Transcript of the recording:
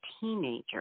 teenager